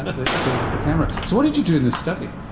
ah that faces the camera. so what did you do in the study?